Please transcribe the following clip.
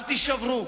אל תישברו,